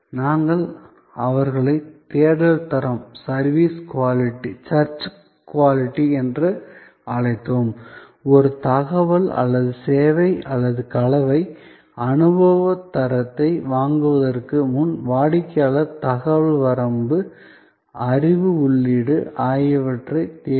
நாங்கள் அவர்களை தேடல் தரம் என்று அழைத்தோம் ஒரு தகவல் அல்லது சேவை அல்லது கலவை அனுபவத் தரத்தை வாங்குவதற்கு முன் வாடிக்கையாளர் தகவல் வரம்பு அறிவு உள்ளீடு ஆகியவற்றை தேடும்